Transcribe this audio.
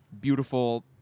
beautiful